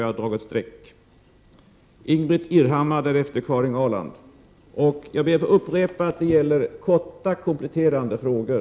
Jag ber att få upprepa att det gäller korta, kompletterande frågor.